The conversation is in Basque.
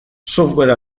software